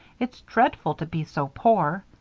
it's dreadful to be so poor!